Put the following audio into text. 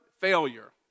failure